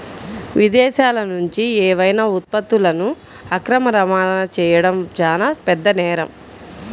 విదేశాలనుంచి ఏవైనా ఉత్పత్తులను అక్రమ రవాణా చెయ్యడం చానా పెద్ద నేరం